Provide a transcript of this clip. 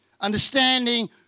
understanding